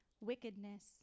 wickedness